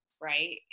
right